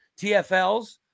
TFLs